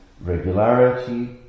regularity